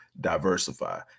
diversify